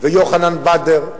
ויוחנן בדר,